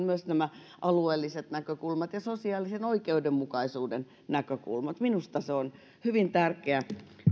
myös alueelliset näkökulmat ja sosiaalisen oikeudenmukaisuuden näkökulmat minusta se on hyvin tärkeä